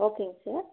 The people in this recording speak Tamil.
ஓகேங்க சார்